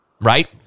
Right